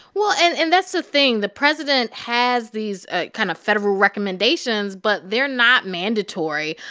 well, and and that's the thing. the president has these kind of federal recommendations, but they're not mandatory.